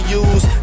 use